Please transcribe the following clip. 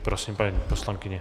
Prosím, paní poslankyně.